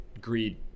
greed